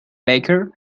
baker